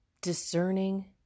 discerning